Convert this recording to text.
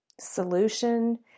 solution